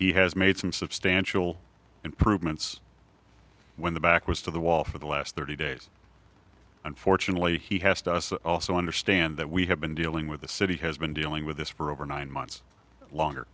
he has made some substantial improvements when the back was to the wall for the last thirty days unfortunately he has to us also understand that we have been dealing with the city has been dealing with this for over nine months longer